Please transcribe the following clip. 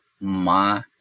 ma